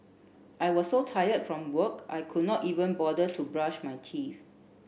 I was so tired from work I could not even bother to brush my teeth